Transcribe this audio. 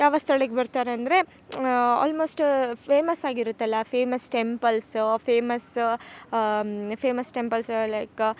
ಯಾವ ಸ್ಥಳಕ್ಕೆ ಬರ್ತಾರೆ ಅಂದರೆ ಆಲ್ಮೋಸ್ಟ್ ಫೇಮಸ್ ಆಗಿರತ್ತೆ ಅಲ್ಲಾ famous temples famous famous temples like